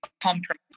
compromise